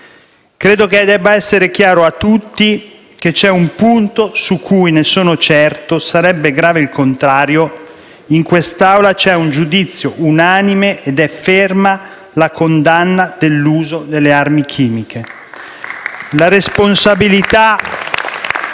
Credo che debba essere chiaro a tutti che c'è un punto su cui - ne sono certo, sarebbe grave il contrario - in quest'Aula c'è un giudizio unanime: la ferma condanna dell'uso delle armi chimiche. *(Applausi